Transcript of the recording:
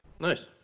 Nice